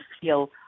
feel